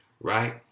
right